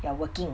you're working